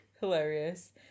Hilarious